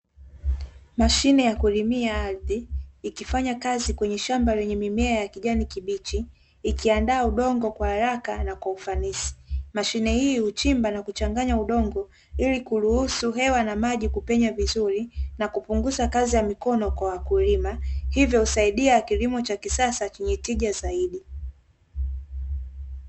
Mashine ya kulimia ardhi ikifanya kazi kwenye shamba lenye mimea ya kijani kibichi, ikiandaa udongo kwa haraka na kwa ufanisi. Mashine hii huchimba na kuchanganya udongo ili kuruhusu hewa na maji kupenya vizuri, na kupunguza kazi ya mikono kwa wakulima, hivyo husaidia kilimo cha kisasa chenye tija zaidi.